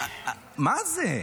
מה זה?